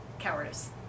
Cowardice